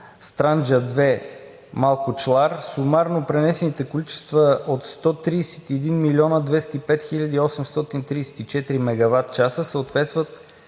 „Странджа 2/ Малкочлар“ сумарно пренесените количества от 131 млн. 205 хил. 834 мегаватчаса съответстват